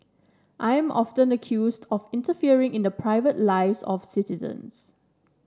I am often accused of interfering in the private lives of citizens